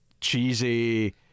cheesy